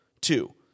Two